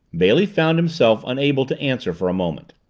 bailey found himself unable to answer for a moment.